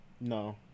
No